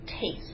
taste